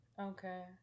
Okay